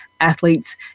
athletes